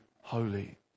holy